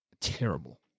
terrible